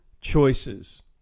choices